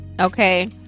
okay